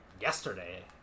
Yesterday